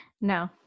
No